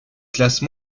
classe